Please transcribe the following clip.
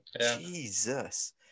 Jesus